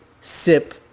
SIP